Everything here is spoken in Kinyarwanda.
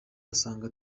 asanga